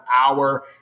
hour